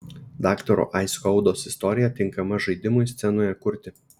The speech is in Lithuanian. daktaro aiskaudos istorija tinkama žaidimui scenoje kurti